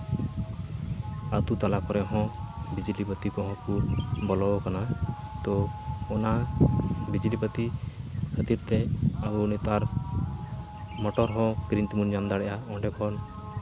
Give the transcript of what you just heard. ᱟᱹᱛᱩ ᱛᱟᱞᱟ ᱠᱚᱨᱮ ᱦᱚᱸ ᱵᱤᱡᱽᱞᱤ ᱵᱟᱹᱛᱤ ᱠᱚᱦᱚᱸ ᱠᱚ ᱵᱚᱞᱚᱣᱟᱠᱟᱱᱟ ᱛᱚ ᱚᱱᱟ ᱵᱤᱡᱽᱞᱤ ᱵᱟᱹᱛᱤ ᱠᱷᱟᱹᱛᱤᱨ ᱛᱮ ᱟᱵᱚ ᱱᱮᱛᱟᱨ ᱢᱚᱴᱚᱨ ᱦᱚᱸ ᱠᱤᱨᱤᱧ ᱛᱮᱵᱚᱱ ᱧᱟᱢ ᱫᱟᱲᱮᱭᱟᱜᱼᱟ ᱚᱸᱰᱮ ᱠᱷᱚᱱ